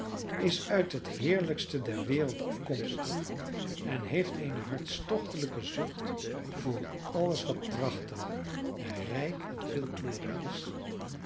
is uit het heerlijkste der wereld afkomstig en heeft eene hartstochtelijke zucht voor alles wat prachtig rijk en veelkleurig is